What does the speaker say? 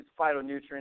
phytonutrients